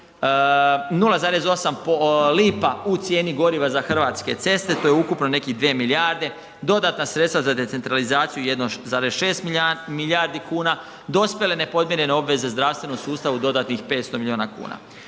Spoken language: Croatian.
0,8 lipa u cijeni goriva za Hrvatske ceste, to je ukupno negdje 2 milijarde. Dodatna sredstva za decentralizaciju 1,6 milijardi kuna, dospjele nepodmirene odveze zdravstvenom sustavu dodatnih 500 milijuna kuna.